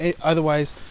otherwise